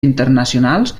internacionals